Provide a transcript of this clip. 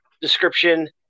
description